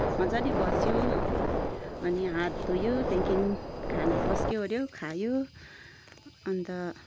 मज्जाले बस्यो अनि हात धोयो त्यहाँदेखिन खाना पस्क्यो ओऱ्यो खायो अन्त